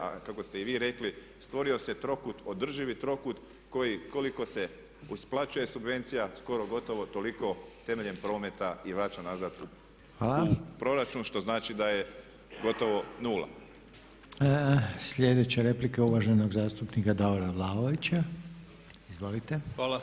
A kako ste i vi rekli stvorio se trokut, održivi trokut koji koliko se isplaćuje subvencija skoro gotovo toliko temeljem prometa i vraća nazad u proračun što znači da je gotovo nula.